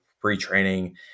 pre-training